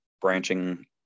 branching